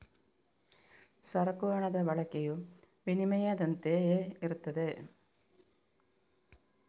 ಸರಕು ಹಣದ ಬಳಕೆಯು ವಿನಿಮಯದಂತೆಯೇ ಇರುತ್ತದೆ